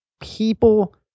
people